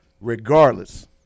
regardless